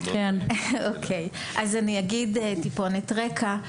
אוקיי, אז אני אגיד טיפונת רקע.